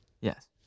Yes